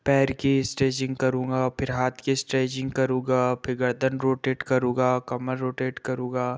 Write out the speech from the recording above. पैर की स्ट्रैचिंग करूँगा फिर हाथ की स्ट्रैचिंग करूँगा फिर गर्दन रोटेट करूँगा कमर रोटेट करूँगा